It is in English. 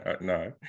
No